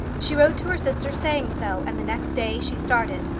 she wrote to her sister saying so, and the next day she started.